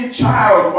child